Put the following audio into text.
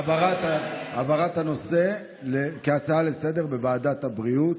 העברת הנושא כהצעה לסדר-היום בוועדת הבריאות.